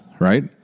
right